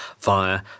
via